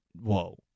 Whoa